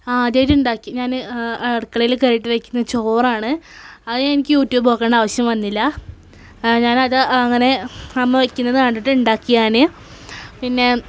ആദ്യമായിട്ട് ഉണ്ടാക്കി ഞാന് അടുക്കളയിൽ കയറി വെച്ചത് ചോറാണ് അത് എനിക്ക് യൂട്യൂബ് നോക്കണ്ട ആവശ്യം വന്നില്ല ഞാനത് അങ്ങനെ അമ്മ വെക്കുന്നത് കണ്ടിട്ട് ഉണ്ടാക്കി ഞാന് പിന്നെ